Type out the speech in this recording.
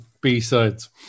B-sides